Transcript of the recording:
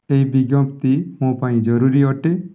ଏହି ବିଜ୍ଞପ୍ତି ମୋ ପାଇଁ ଜରୁରୀ ଅଟେ